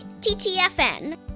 TTFN